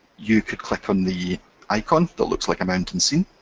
you could click on the icon that looks like a mountain scene,